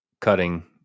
cutting